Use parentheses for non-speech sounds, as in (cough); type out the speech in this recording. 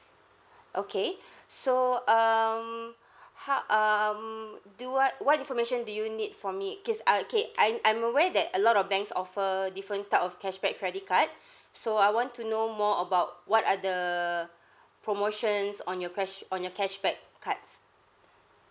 (breath) okay (breath) so um (breath) ha~ um do what what information do you need from me because I okay I'm I'm aware that a lot of banks offer different type of cashback credit card (breath) so I want to know more about what are the (breath) promotions on your crash on your cashback cards